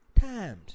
times